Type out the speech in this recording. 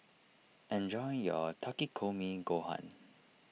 enjoy your Takikomi Gohan